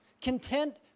content